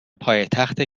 پایتحت